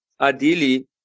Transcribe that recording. ideally